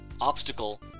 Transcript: obstacle